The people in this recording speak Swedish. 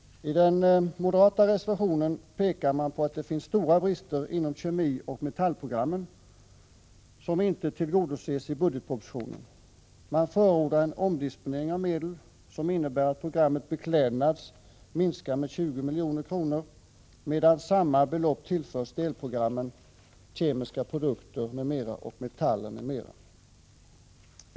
I den moderata reservationen pekar man på att det finns stora brister inom kemioch metallprogrammen, som inte tillgodoses i budgetpropositionen. Reservanterna förordar en omdisponering av medel som innebär att programmet Beklädnad minskar med 20 milj.kr., medan samma belopp tillförs delprogrammen Kemiska produkter m.m. och Metaller m.m.